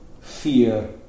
fear